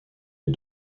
est